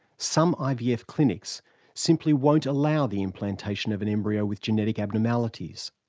some ivf clinics simply won't allow the implantation of an embryo with genetic abnormalities.